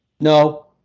No